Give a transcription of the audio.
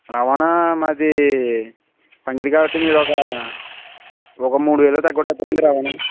రవాణా మాదీ పంగిరి కాబట్టి మీరొక ఒక మూడు వేలు తెగకొట్టేస్తారా అండీ రవాణ